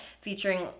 featuring